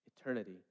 eternity